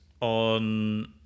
on